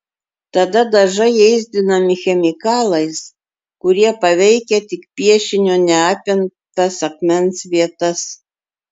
tada dažai ėsdinami chemikalais kurie paveikia tik piešinio neapimtas akmens vietas